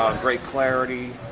great clarity